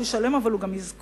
הוא ישלם, אבל הוא גם יזכור.